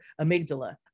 amygdala